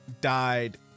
died